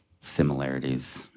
similarities